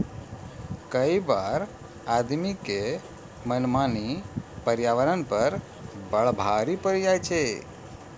कई बार आदमी के मनमानी पर्यावरण पर बड़ा भारी पड़ी जाय छै